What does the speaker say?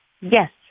Yes